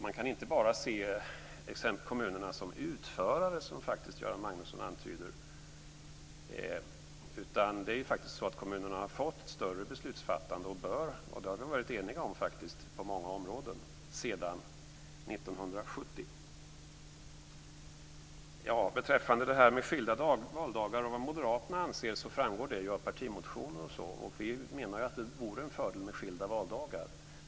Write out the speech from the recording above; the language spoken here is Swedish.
Man kan inte bara se kommunerna som utförare, som Göran Magnusson faktiskt antyder, utan kommunerna har ju fått ett större beslutsfattande på många områden sedan 1970, och det har vi faktiskt varit eniga om. Det framgår av partimotioner vad Moderaterna anser som skilda valdagar. Vi menar att det vore en fördel med skilda valdagar.